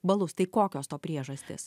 balus tai kokios to priežastys